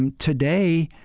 um today,